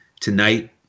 tonight